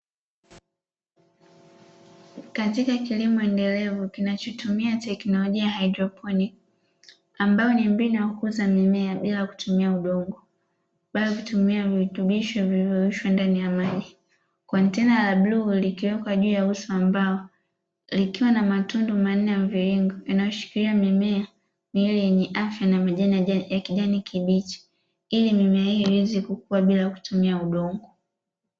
Katika kilimo endelevu kinachotumia teknolojia haidroponic ambayo ni mbinu ya kukuza mimea bila kutumia udongo, baadhi kutumia virutubishi vilivyo ndani ya maji kontena bluu likiwekwa juu ya uso ambao likiwa na matundu manne ya viungo inayoshikiria mimea ya kijani kibichi ili mimea hiyo iweze kukua bila kutumia udongo.